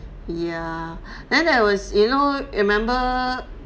yeah then there was you know remember